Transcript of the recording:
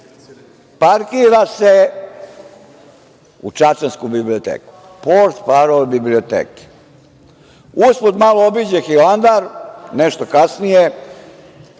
parkira se u čačansku biblioteku, portparol biblioteke. Usput malo obiđe Hilandar, nešto kasnije